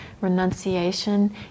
renunciation